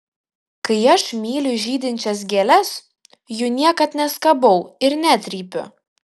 kai aš myliu žydinčias gėles jų niekad neskabau ir netrypiu